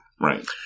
right